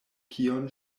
kion